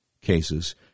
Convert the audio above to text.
cases